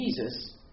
Jesus